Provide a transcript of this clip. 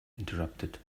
interrupted